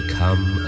come